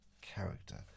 character